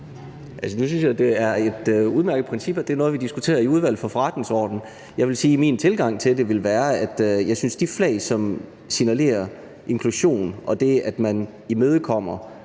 Nu synes jeg, det er et udmærket princip, at det er noget, vi diskuterer i Udvalget for Forretningsordenen. Jeg vil sige, at min tilgang til det vil være, at jeg synes, at det er de flag, som signalerer inklusion og det, at man imødekommer